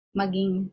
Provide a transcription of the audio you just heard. maging